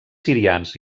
sirians